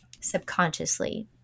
subconsciously